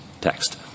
text